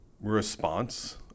response